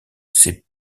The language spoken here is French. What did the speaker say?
c’est